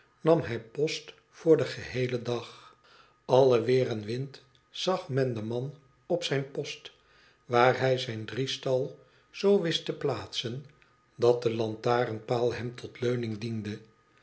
nam hij post voor den geheelen dag alle weer en wind zag men den man op zijn post waar hij zijn driestal zoo wist te plaatsen dat de lantarenpaal hem tot leuning diende